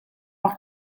awk